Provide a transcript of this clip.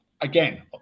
again